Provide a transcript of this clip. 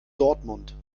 dortmund